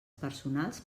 personals